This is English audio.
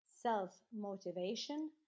self-motivation